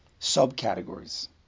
subcategories